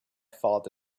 fault